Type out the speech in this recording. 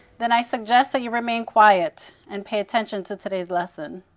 then i suggest that you remain quiet and pay attention to today's lesson.